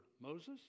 Moses